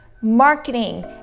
marketing